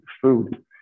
food